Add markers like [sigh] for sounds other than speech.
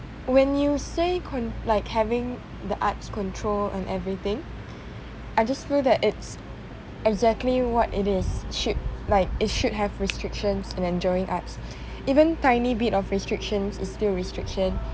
when you say con~ like having the arts controlled and everything [breath] I just feel that it's exactly what it is should like it should have restrictions in enjoying arts even tiny bit of restrictions is still restriction